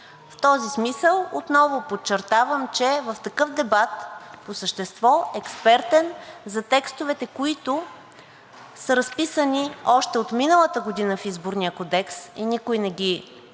В този смисъл отново подчертавам, че в такъв дебат – по същество, експертен за текстовете, които са разписани още от миналата година в Изборния кодекс и никой не ги